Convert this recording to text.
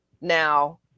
Now